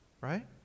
right